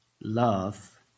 love